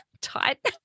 tight